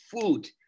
food